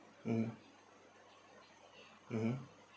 mm mmhmm